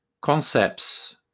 concepts